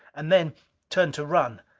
and then turned to run.